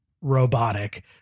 robotic